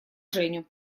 женю